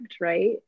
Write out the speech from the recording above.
right